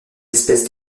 espèces